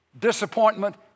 Disappointment